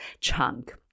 chunk